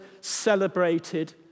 celebrated